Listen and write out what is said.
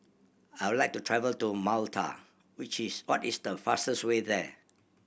I would like to travel to Malta which is what is the fastest way there